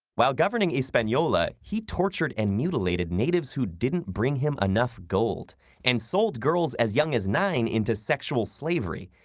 while governing hispaniola, he tortured and mutilated natives who didn't bring him enough gold and sold girls as young as nine into sexual slavery,